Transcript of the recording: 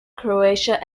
croatia